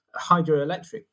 hydroelectric